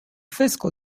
fiscal